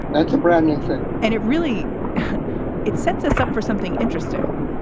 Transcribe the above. that's a brand new thing. and it really it sets us up for something interesting,